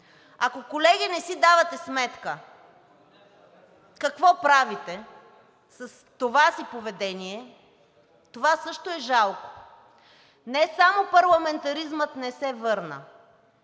Ако, колеги, не си давате сметка какво правите с това си поведение, това също е жалко. Не само парламентаризмът не се върна,